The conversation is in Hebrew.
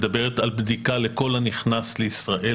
מדברת על בדיקת PCR לכל הנכנס לישראל.